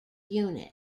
units